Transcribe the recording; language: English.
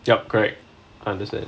yup correct understand